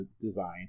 design